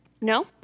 No